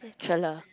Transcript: it's thriller